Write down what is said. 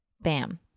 Bam